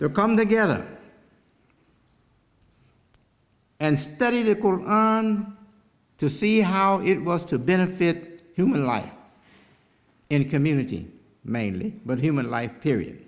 there come together and study the koran to see how it was to benefit human life in community mainly but human life period